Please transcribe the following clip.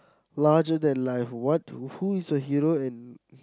larger than life what who is your hero and